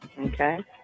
Okay